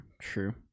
True